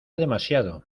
demasiado